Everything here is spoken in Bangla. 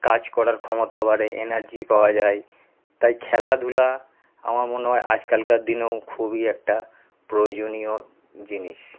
কাজ করার ক্ষমতা বাড়ে এনার্জি পাওয়া যায় তাই খেলাধুলা আমার মনে হয় আজকালকার দিনেও খুবই একটা প্রয়োজনীয় জিনিস